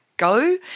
Go